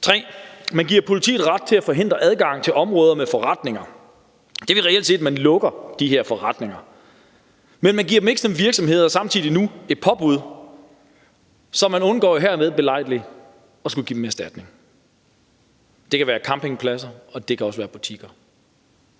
3) Man giver politiet ret til at forhindre adgang til områder med forretninger. Det er vel reelt set, at man lukker de her forretninger, men man giver dem ikke, ligesom virksomheder, et påbud, og så undgår man hermed belejligt at skulle give dem erstatning. Det kan være campingpladser, og det kan også være butikker.